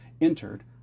entered